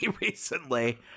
recently